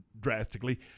drastically